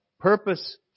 purpose